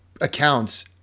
accounts